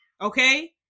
okay